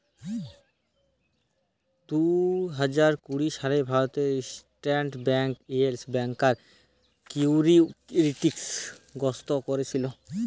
দুই হাজার কুড়ি সালে ভারতে সেন্ট্রাল বেঙ্ক ইয়েস ব্যাংকার সিকিউরিটি গ্রস্ত কোরেছিল